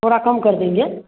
थोड़ा कम कर देंगे